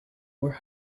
where